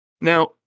Now